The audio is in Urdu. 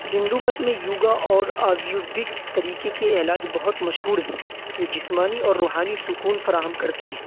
ہندو مت میں یوگا اور آویرویدک طریقے کے علاج بہت مشہور ہے جو جسمانی اور روحانی سکون فراہم کرتے ہیں